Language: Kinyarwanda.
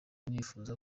nifuza